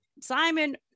Simon